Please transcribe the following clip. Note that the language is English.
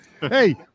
Hey